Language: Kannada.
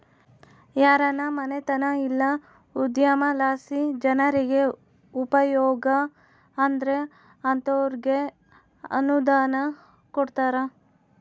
ಯಾರಾನ ಮನ್ಸೇತ ಇಲ್ಲ ಉದ್ಯಮಲಾಸಿ ಜನ್ರಿಗೆ ಉಪಯೋಗ ಆದ್ರ ಅಂತೋರ್ಗೆ ಅನುದಾನ ಕೊಡ್ತಾರ